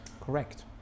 Correct